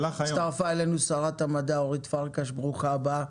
הצטרפה אלינו שרת המדע אורית פרקש, ברוכה הבאה.